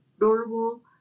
normal